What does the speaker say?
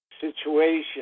situation